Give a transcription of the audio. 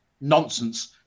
nonsense